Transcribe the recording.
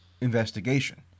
investigation